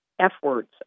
F-words